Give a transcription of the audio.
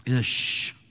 Shh